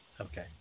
Okay